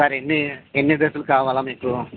sir ఎన్ని ఎన్ని డ్రెస్సులు కావాలి మీకు